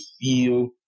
feel